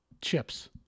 chips